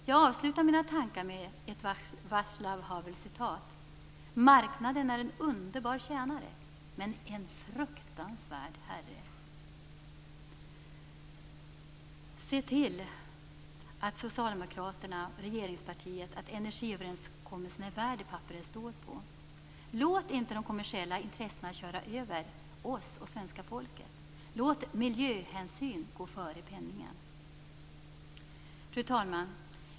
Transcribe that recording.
Jag avslutar mina tankar med ett Vaclav Havelcitat: "Marknaden är en underbar tjänare, men en fruktansvärd herre." Se till, Socialdemokraterna, regeringspartiet, att energiöverenskommelsen är värd det papper den står på! Låt inte de kommersiella intressena köra över oss och svenska folket. Låt miljöhänsyn gå före penningen! Fru talman!